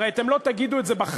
הרי אתם לא תגידו את זה בחיים.